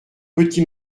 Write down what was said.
petit